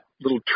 little